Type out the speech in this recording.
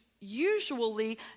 usually